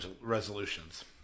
resolutions